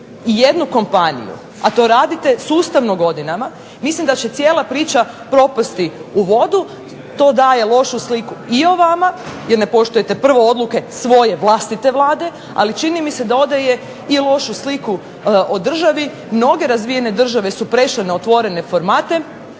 i jednu kompaniju, a to radite sustavno godinama, mislim da će cijela priča propasti u vodu, to daje lošu sliku i o vama, jer ne poštujete prvo odluke svoje vlastite vlade, ali čini mi se da odaje i lošu sliku o državi. Mnoge razvijene države su prešle na otvorene formate,